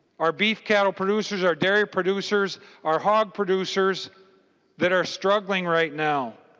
our beef cattle producers are dairy producers our hog producers that are struggling right now.